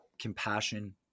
compassion